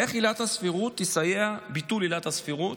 איך ביטול עילת הסבירות